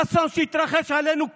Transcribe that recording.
אסון שהתרחש עלינו כאן,